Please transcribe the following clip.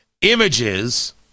images